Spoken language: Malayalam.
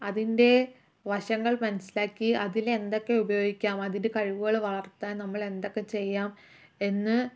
അതിന്റെ വശങ്ങൾ മനസിലാക്കി അതിൽ എന്തൊക്കെ ഉപയോഗിക്കാം അതിന്റെ കഴിവുകൾ വളർത്താൻ നമ്മൾ എന്തൊക്കെ ചെയ്യാം എന്ന്